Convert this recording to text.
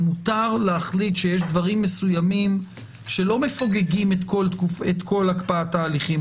מותר להחליט שיש דברים מסוימים שלא מפוגגים את כל הקפאת ההליכים,